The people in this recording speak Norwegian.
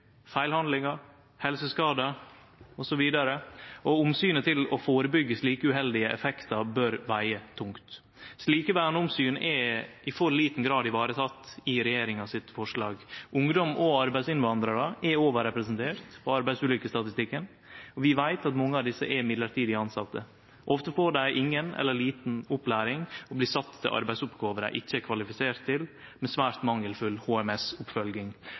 feilhandlingar, helseskadar osv., og omsynet til å førebyggje slike uheldige effektar bør vege tungt. Slike verneomsyn er i for liten grad varetekne i forslaget frå regjeringa. Ungdom og arbeidsinnvandrarar er overrepresenterte på arbeidsulykkesstatistikken, og vi veit at mange av desse er mellombels tilsette. Ofte får dei inga eller lita opplæring og blir sette til arbeidsoppgåver dei ikkje er kvalifiserte til, med svært mangelfull